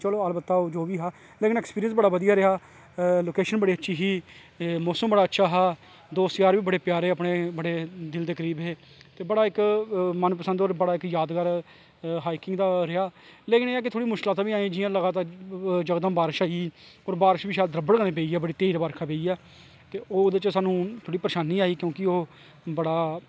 चलो अलबत्ता जो बी हा लेकिन ऐक्सपिरिंयस बड़ा शैल रेहा लोकेशन बड़ी अच्छी ही ते मौसम बड़ा अच्छा हा दोस्त यार बी बड़े प्यारे अपनें दिल दे कोल हे और बड़ा इक मन पसंद और यादगार हाईकिंग दा रेहा लेकिन एह् ऐ कि मुश्कलातां बी आइयां जकदम बारश आई बारश बी शैल दरब्बड़ जन शैल तेज़ बारिश पेई ऐ ते ओह्दे च स्हानू परेशानी आई क्योंकि स्हानू बड़ा